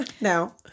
No